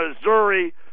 Missouri